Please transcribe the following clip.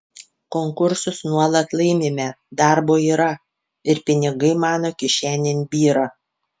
konkursus nuolat laimime darbo yra ir pinigai mano kišenėn byra